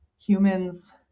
humans